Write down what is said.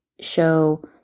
show